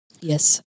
Yes